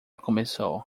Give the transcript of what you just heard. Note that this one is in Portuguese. começou